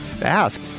asked